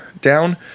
down